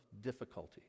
difficulty